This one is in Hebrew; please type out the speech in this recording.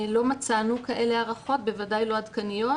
לא מצאנו כאלה הערכות, בוודאי לא עדכניות,